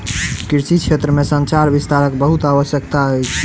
कृषि क्षेत्र में संचार विस्तारक बहुत आवश्यकता अछि